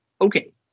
okay